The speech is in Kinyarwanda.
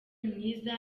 mwiza